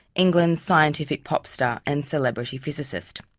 england's scientific pop star and celebrity physicist.